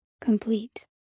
complete